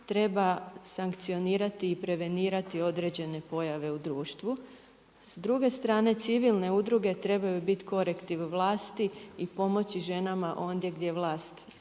treba sankcionirati i prevenirati određene pojave u društvu, s druge strane civilne udruge trebaju biti korektiv vlasti i pomoći ženama ondje gdje vlast ne